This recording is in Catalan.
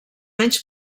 anys